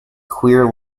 queer